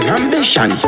ambition